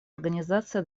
организация